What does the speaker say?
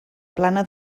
plana